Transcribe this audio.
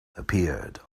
appeared